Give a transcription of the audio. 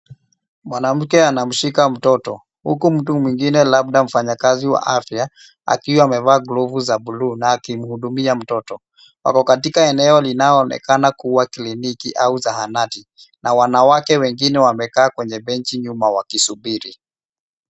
Mwanamke anamshika mtoto huku mtu mwingine labda mfanyakazi wa afya akiwa amevaa glovu za bluu na akimhudumia mtoto .Wako katika eneo linayoonekana kuwa kliniki au zahanati na wanawake wengine wamekaa kwenye benji nyuma wakisubiri.